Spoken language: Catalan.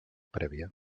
prèvia